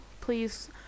please